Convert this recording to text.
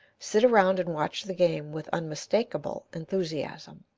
sit around and watch the game with unmistakable enthusiasm.